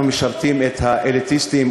אנחנו משרתים את האליטיסטים,